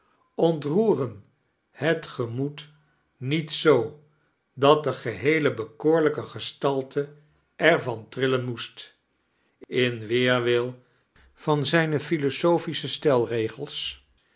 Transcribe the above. ontroeren het gemoed niet zoo dat de geheele befcoorlijke ges'talte etr van trillen moest in weerwil van zijne philosophische stelregels